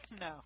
No